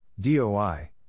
DOI